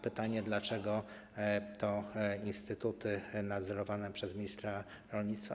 Pytanie, dlaczego to mają być instytuty nadzorowane przez ministra rolnictwa.